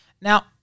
Now